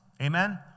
Amen